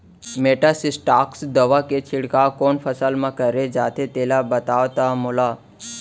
Metasystox दवा के छिड़काव कोन फसल म करे जाथे तेला बताओ त मोला?